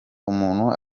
umuntu